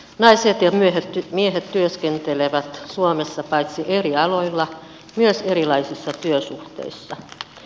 naiset ja miehet työskentelevät suomessa paitsi eri aloilla myös erilaisissa työsuhteissa